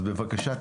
אז בבקשה,